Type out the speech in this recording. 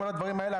כל הדברים האלה,